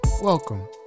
Welcome